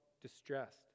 distressed